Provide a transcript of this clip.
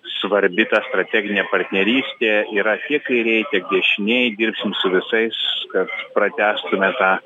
svarbi ta strateginė partnerystė yra tiek kairieji tiek dešinieji dirbsim su visais kad pratęstume tą